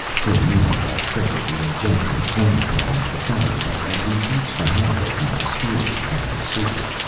for a moment i felt that we had jumped from the frying pan into the fire. but, as we reached the highway, my spirits began to soar.